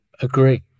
agree